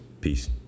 Peace